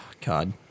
God